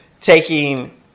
taking